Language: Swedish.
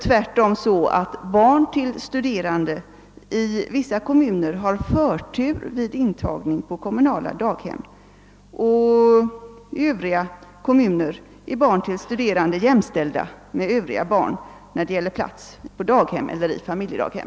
Tvärtom har barn till studerande i vissa kommuner förtur vid intagning på kommunala daghem. I övriga kommuner är de jämställda med andra barn när det gäller plats på daghem eller i familjedaghem.